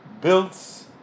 builds